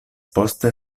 poste